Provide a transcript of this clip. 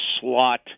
slot